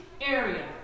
area